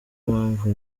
mpamvu